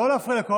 לא להפריע.